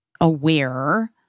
aware